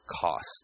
cost